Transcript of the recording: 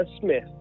Smith